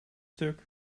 stuk